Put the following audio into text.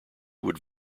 would